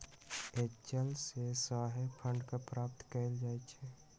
angel investors से सेहो fund के प्राप्त कएल जाइ छइ